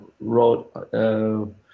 wrote